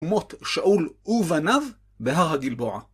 מוט שאול ובניו בהר הגלבוע